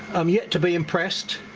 i'm yet to be impressed